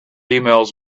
emails